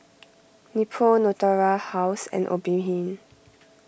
Nepro Natura House and Obimin